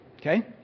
Okay